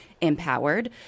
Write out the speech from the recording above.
empowered